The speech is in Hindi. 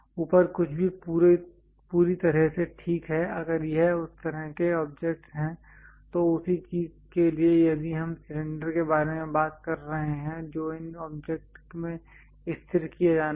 ऊपर कुछ भी पूरी तरह से ठीक है अगर यह उस तरह के ऑब्जेक्ट्स हैं तो उसी चीज के लिए यदि हम सिलेंडर के बारे में बात कर रहे हैं जो इन ऑब्जेक्ट में स्थिर किया जाना है